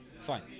Fine